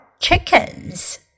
chickens